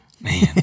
Man